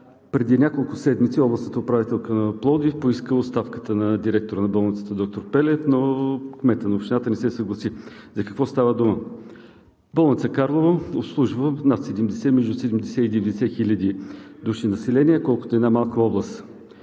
Преди няколко седмици областната управителка на град Пловдив поиска оставката на директора на болницата – доктор Пелев, но кметът на общината не се съгласи. За какво става дума? Болница Карлово обслужва между 70 и 90 хиляди души население – колкото една малка област.